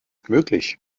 möglich